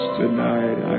tonight